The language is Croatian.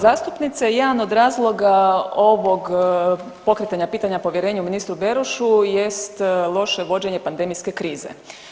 zastupnice, jedan od razloga ovog pokretanja pitanja povjerenja o ministru Berošu jest loše vođenje pandemijske krize.